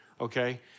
okay